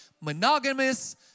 monogamous